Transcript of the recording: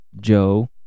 Joe